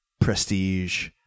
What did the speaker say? prestige